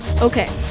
Okay